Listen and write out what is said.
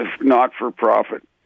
not-for-profit